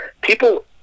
people